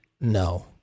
No